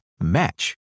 match